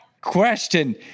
question